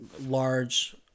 large